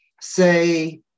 Say